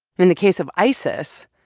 in the case of isis,